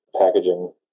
packaging